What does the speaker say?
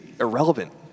irrelevant